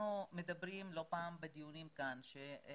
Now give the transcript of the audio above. לא פעם אנחנו מדברים בדיונים כאן על כך שיש